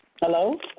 Hello